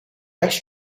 ash